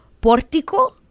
portico